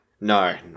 No